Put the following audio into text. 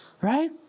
Right